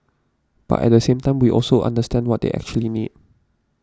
but at the same time we also understand what they actually need